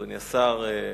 אדוני השר,